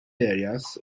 areas